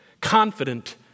confident